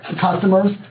customers